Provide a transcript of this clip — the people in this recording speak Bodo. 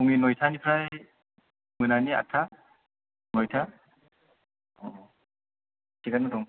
फुंनि नयथानिफ्राय मोनानि आदथा नयथा थिगानो दं